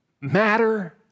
matter